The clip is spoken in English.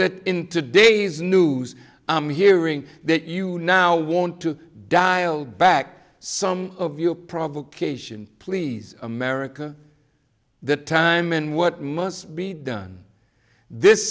that in today's news i'm hearing that you now want to dial back some of your provocation please america the time and what must be done this